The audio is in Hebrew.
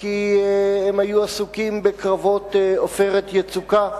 כי הם היו עסוקים בקרבות "עופרת יצוקה".